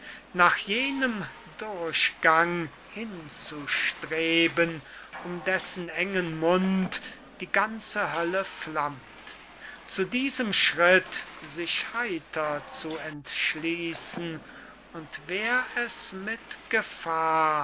nach jenem durchgang hinzustreben um dessen engen mund die ganze hölle flammt zu diesem schritt sich heiter zu entschließen und wär es mit gefahr